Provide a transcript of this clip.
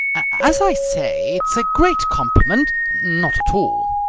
as i say, it's a great compliment not at all!